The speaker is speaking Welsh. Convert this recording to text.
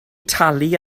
talu